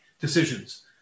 decisions